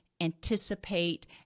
anticipate